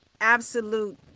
absolute